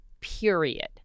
period